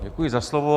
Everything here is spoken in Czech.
Děkuji za slovo.